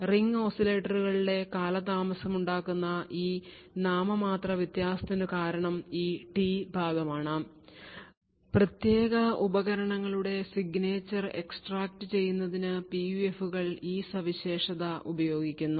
ring ഓസിലേറ്ററിലെ കാലതാമസം ഉണ്ടാക്കുന്ന ഈ നാമമാത്ര വ്യത്യാസത്തിനു കാരണം ഈ ടി ഭാഗമാണ് പ്രത്യേക ഉപകരണങ്ങളുടെ signature എക്സ്ട്രാക്റ്റു ചെയ്യുന്നതിന് PUF കൾ ഈ സവിശേഷത ഉപയോഗിക്കുന്നു